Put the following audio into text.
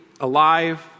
alive